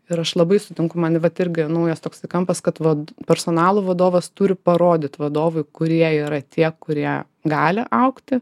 ir aš labai sutinku man vat irgi naujas toksai kampas kad vad personalo vadovas turi parodyt vadovui kurie yra tie kurie gali augti